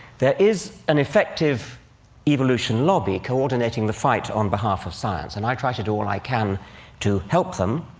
there is an effective evolution lobby coordinating the fight on behalf of science, and i try to do all i can to help them,